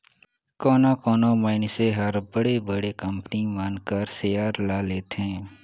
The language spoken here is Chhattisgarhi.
कोनो कोनो मइनसे हर बड़े बड़े कंपनी मन कर सेयर ल लेथे